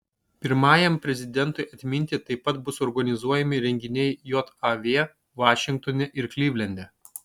pirmajam prezidentui atminti taip pat bus organizuojami renginiai jav vašingtone ir klivlende